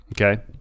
okay